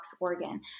organ